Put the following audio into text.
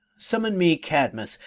summon me cadmus,